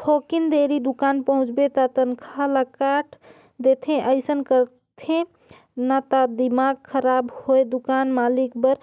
थोकिन देरी दुकान पहुंचबे त तनखा ल काट देथे अइसन करथे न त दिमाक खराब होय दुकान मालिक बर